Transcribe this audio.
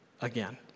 again